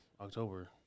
October